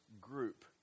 group